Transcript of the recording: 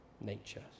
nature